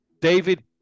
David